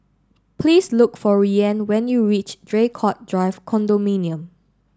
please look for Rian when you reach Draycott Drive Condominium